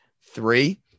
Three